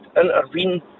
intervene